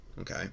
okay